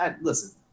Listen